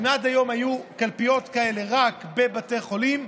אם עד היום היו קלפיות כאלה רק בבתי חולים,